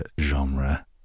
genre